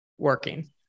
Working